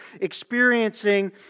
experiencing